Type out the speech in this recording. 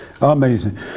amazing